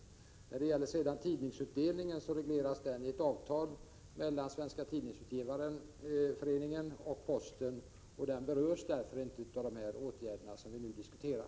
Tidningsutdelningen regleras i ett avtal mellan Svenska tidningsutgivareföreningen och posten, och den berörs därför inte av de åtgärder som vi nu diskuterar.